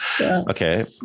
Okay